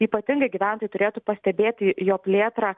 ypatingai gyventojai turėtų pastebėti jo plėtrą